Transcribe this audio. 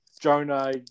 Jonah